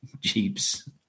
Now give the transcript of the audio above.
jeeps